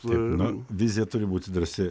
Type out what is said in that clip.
ir vizija turi būti drąsi